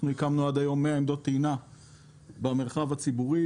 הקמנו עד היום 100 עמדות טעינה במרחב הציבורי.